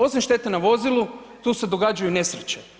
Osim štete na vozilu, tu se događaju nesreće.